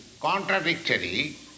contradictory